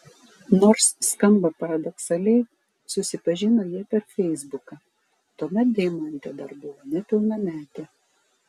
nors skamba paradoksaliai susipažino jie per feisbuką tuomet deimantė dar buvo nepilnametė